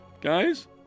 Guys